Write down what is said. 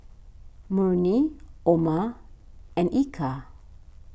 Murni Umar and Eka